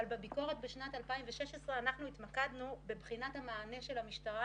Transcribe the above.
אבל בביקורת בשנת 2016 אנחנו התמקדנו בבחינת המענה של המשטרה